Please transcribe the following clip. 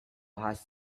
has